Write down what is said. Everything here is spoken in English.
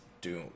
doom